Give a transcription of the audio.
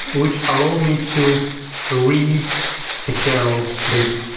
which allow me to read the kernel data.